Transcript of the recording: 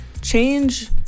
change